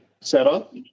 setup